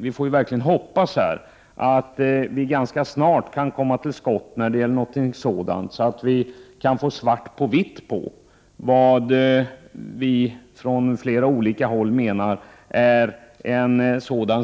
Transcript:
Vi får verkligen hoppas att man snart får en utvärdering så att vi kan få svart på vitt på att situationen i dag är sådan — det menar vi från